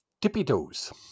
tippy-toes